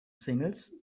singles